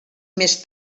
més